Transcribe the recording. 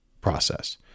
process